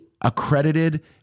accredited